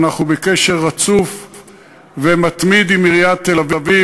ואנחנו בקשר רצוף ומתמיד עם עיריית תל-אביב,